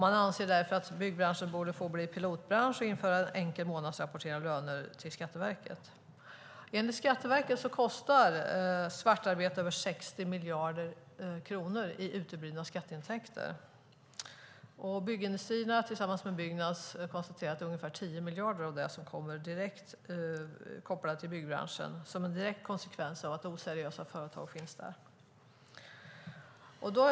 Man anser därför att byggbranschen borde bli pilotbransch och införa en enkel månadsrapportering av löner till Skatteverket. Enligt Skatteverket kostar svartarbete över 60 miljarder kronor i uteblivna skatteintäkter. Byggindustrierna tillsammans med Byggnads konstaterar att ungefär 10 miljarder är kopplade till byggbranschen som en direkt konsekvens av att oseriösa företag finns där.